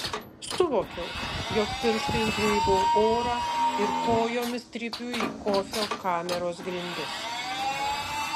suvokiau jog pirštais graibau orą ir kojomis trypiu į kofio kameros grindis